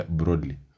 broadly